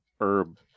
herb